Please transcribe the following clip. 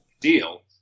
deal